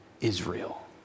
Israel